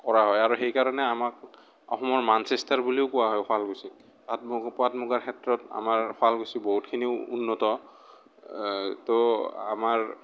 কৰা হয় আৰু সেইকাৰণে আমাক অসমৰ মাঞ্চেচটাৰ বুলিও কোৱা হয় শুৱালকুছিক পাট মুগাৰ ক্ষেত্ৰত আমাৰ শুৱালকুছি বহুতখিনি উন্নত ত' আমাৰ